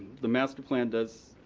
the master plan does